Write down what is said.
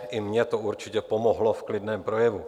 I mně to určitě pomohlo v klidném projevu.